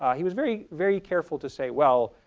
he was very, very careful to say, well,